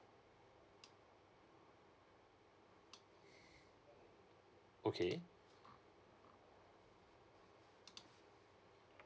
okay